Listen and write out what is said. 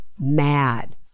mad